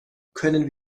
können